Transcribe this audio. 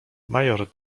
major